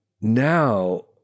now